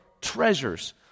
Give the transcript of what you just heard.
treasures